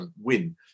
win